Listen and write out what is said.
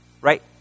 right